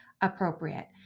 appropriate